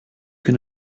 can